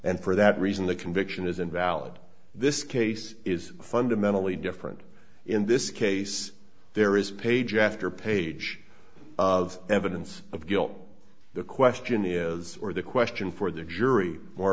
and for that reason the conviction is invalid this case is fundamentally different in this case there is page after page of evidence of guilt the question is or the question for the jury more